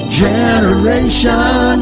generation